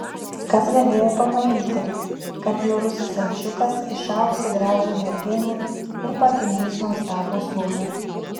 kas galėjo pamanyti kad bjaurusis ančiukas išaugs į gražią merginą ir pagimdys nuostabų sūnų